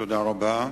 תודה רבה.